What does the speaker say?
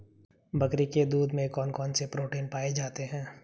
बकरी के दूध में कौन कौनसे प्रोटीन पाए जाते हैं?